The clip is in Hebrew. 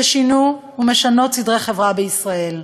ששינו ומשנות סדרי חברה בישראל,